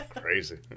Crazy